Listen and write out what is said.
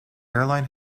airline